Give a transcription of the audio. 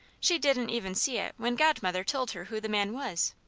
she didn't even see it when godmother told her who the man was.